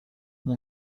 mon